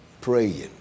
praying